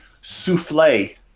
Souffle